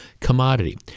commodity